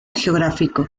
geográfico